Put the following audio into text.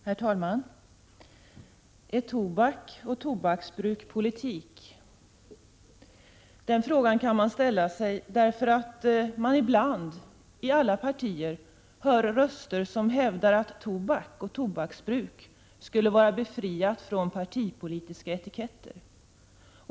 Herr talman! Är tobaken och tobaksbruk politik? Jag ställer frågan därför att man ibland, i alla partier, hör röster som hävdar att tobak och tobaksbruk skulle vara befriat från partipolitiska etiketter.